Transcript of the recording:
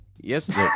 Yes